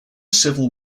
civil